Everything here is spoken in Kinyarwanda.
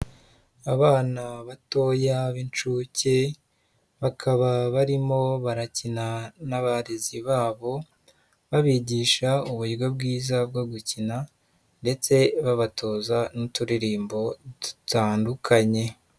Abana batoya b'inshuke, bakaba barimo barakina n'abarezi babo, babigisha uburyo bwiza bwo gukina ndetse babatoza n'uturirimbo dutandukanye.